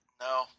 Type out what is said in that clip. No